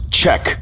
check